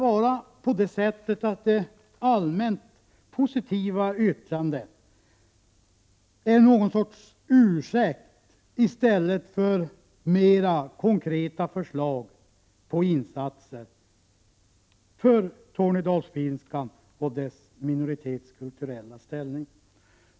Är det allmänt positiva yttrandet ett slags ursäkt för att inte ge mera konkreta förslag på insatser för tornedalsfinskan och dess minoritetskulturella ställning?